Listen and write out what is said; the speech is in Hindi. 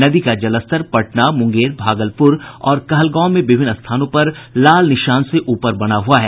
नदी का जलस्तर पटना मुंगेर भागलपुर और कहलगांव में विभिन्न स्थानों पर खतरे के निशान से ऊपर बना हुआ है